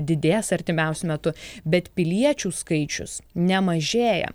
didės artimiausiu metu bet piliečių skaičius nemažėja